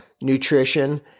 nutrition